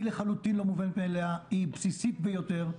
היא לחלוטין לא מובנת מאליה, היא בסיסית ביותר.